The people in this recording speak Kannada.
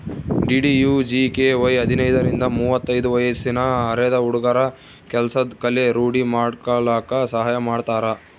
ಡಿ.ಡಿ.ಯು.ಜಿ.ಕೆ.ವೈ ಹದಿನೈದರಿಂದ ಮುವತ್ತೈದು ವಯ್ಸಿನ ಅರೆದ ಹುಡ್ಗುರ ಕೆಲ್ಸದ್ ಕಲೆ ರೂಡಿ ಮಾಡ್ಕಲಕ್ ಸಹಾಯ ಮಾಡ್ತಾರ